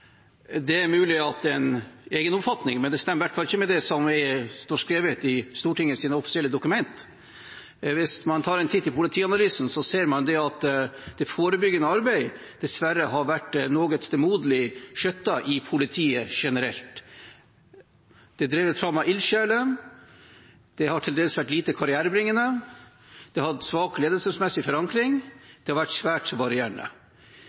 Det er mulig at det er en egen oppfatning, men det stemmer i hvert fall ikke med det som står skrevet i Stortingets offisielle dokument. Hvis man tar en titt i Politianalysen, ser man at det forebyggende arbeidet dessverre har vært noe stemoderlig skjøttet i politiet generelt. Det er drevet fram av ildsjeler, det har til dels vært lite karrierebringende, det har hatt svak ledelsesmessig